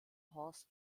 horst